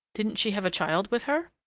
didn't she have a child with her?